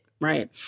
right